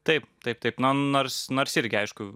taip taip taip man nors nors irgi aišku